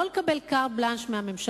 לא לקבל carte blancheמהכנסת,